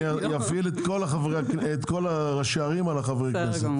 אני אפעיל את כל ראשי הערים על חברי כנסת,